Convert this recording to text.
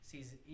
sees